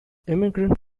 immigrant